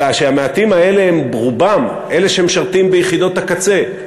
אלא שהמעטים האלה הם ברובם אלה שמשרתים ביחידות הקצה,